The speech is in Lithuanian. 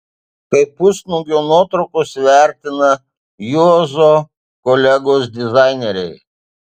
kaip pusnuogio nuotraukas vertina juozo kolegos dizaineriai